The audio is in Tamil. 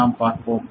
நாம் பார்ப்போம்